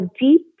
deep